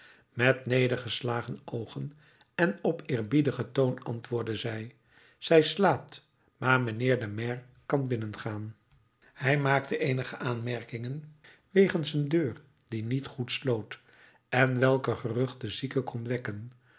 met nedergeslagen oogen en op eerbiedigen toon antwoordde zij zij slaapt maar mijnheer de maire kan binnengaan hij maakte eenige aanmerkingen wegens een deur die niet goed sloot en welker gerucht de zieke kon wekken